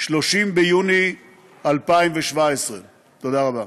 30 ביוני 2017. תודה רבה.